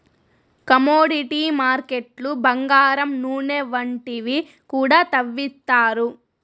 commodity మార్కెట్లు బంగారం నూనె వంటివి కూడా తవ్విత్తారు